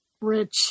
rich